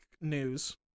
news